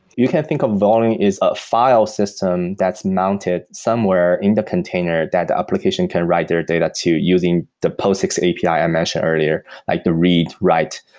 you can think of volume is a file system that's mounted somewhere in the container that the application can write their data to using the posix api i mentioned earlier, like the read, write,